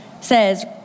says